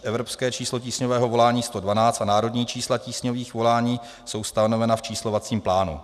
Evropské číslo tísňového volání 112 a národní čísla tísňových volání jsou stanovena v číslovacím plánu.